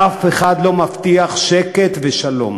אף אחד לא מבטיח שקט ושלום,